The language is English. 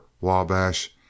Wabash